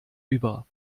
über